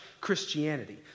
Christianity